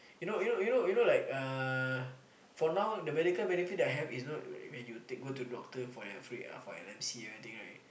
you know you know you know you know like uh for now the medical benefit that I have is not when you take go to doctor for your M_C that kind of thing right